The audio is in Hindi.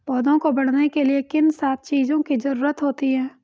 पौधों को बढ़ने के लिए किन सात चीजों की जरूरत होती है?